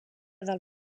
del